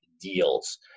deals